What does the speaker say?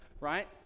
right